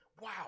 wow